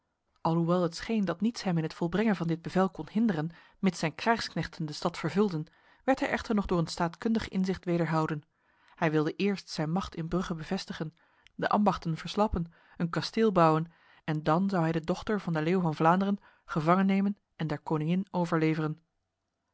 alhoewel het scheen dat niets hem in het volbrengen van dit bevel kon hinderen mits zijn krijgsknechten de stad vervulden werd hij echter nog door een staatkundig inzicht wederhouden hij wilde eerst zijn macht in brugge bevestigen de ambachten verslappen een kasteel bouwen en dan zou hij de dochter van de leeuw van vlaanderen gevangen nemen en der koningin overleveren